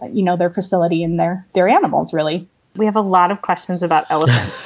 you know, their facility and their their animals, really we have a lot of questions about elephants